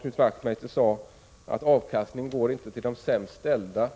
Knut Wachtmeister sade att avkastningen inte går till de sämst ställda.